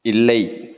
இல்லை